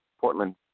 portland